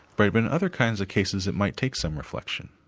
but but and other kinds of cases that might take some reflection.